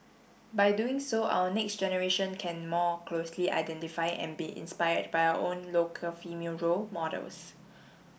by doing so our next generation can more closely identify and be inspired by our own local female role models